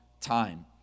time